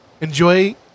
enjoy